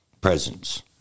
presence